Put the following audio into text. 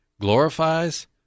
glorifies